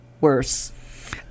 worse